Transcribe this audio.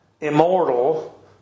immortal